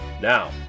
Now